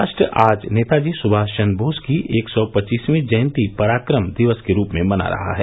राष्ट्र आज नेता जी सुभाष चन्द्र बोस की एक सौ पच्चीसवीं जयंती पराक्रम दिवस के रूप मना रहा है